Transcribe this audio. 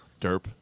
derp